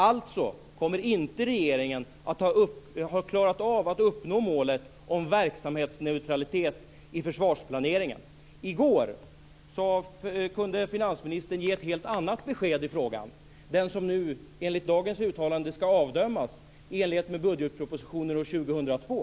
Alltså kommer inte regeringen att ha klarat att uppnå målet om verksamhetsneutralitet i försvarsplaneringen. I går kunde finansministern ge ett helt annat besked i den här frågan, som enligt dagens uttalande skall avdömas i samband med budgetpropositionen år 2002.